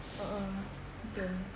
a'ah betul